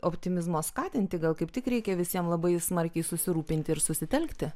optimizmo skatinti gal kaip tik reikia visiem labai smarkiai susirūpinti ir susitelkti